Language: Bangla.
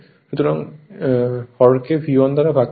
সুতরাং এবং হরকে V1 দ্বারা ভাগ করতে হবে